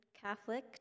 Catholic